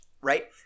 Right